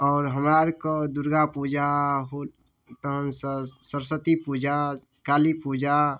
आओर हमरा आरके दुर्गा पूजा होली तहन सरस्वती पूजा काली पूजा